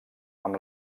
amb